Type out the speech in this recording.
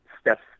steps